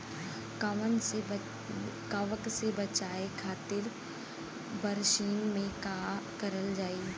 कवक से बचावे खातिन बरसीन मे का करल जाई?